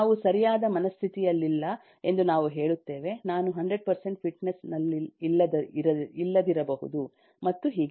ನಾವು ಸರಿಯಾದ ಮನಸ್ಥಿತಿಯಲ್ಲಿಲ್ಲ ಎಂದು ನಾವು ಹೇಳುತ್ತೇವೆ ನಾನು 100 ಫಿಟ್ನೆಸ್ ನಲ್ಲಿಲ್ಲದಿರಬಹುದು ಮತ್ತು ಹೀಗೆ